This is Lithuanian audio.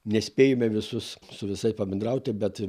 nespėjome visus su visais pabendrauti bet